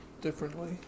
differently